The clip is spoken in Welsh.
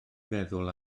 feddwl